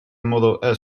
model